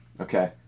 Okay